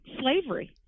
slavery